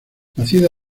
nacida